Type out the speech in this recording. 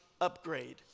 upgrade